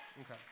Okay